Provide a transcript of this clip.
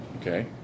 okay